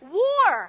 war